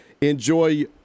enjoy